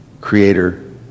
creator